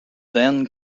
then